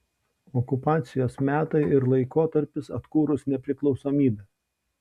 okupacijos metai ir laikotarpis atkūrus nepriklausomybę